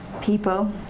People